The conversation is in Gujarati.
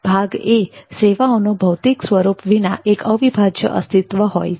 ભાગ A સેવાઓનો ભૌતિક સ્વરૂપ વિના એક અવિભાજ્ય અસ્તિત્વ હોય છે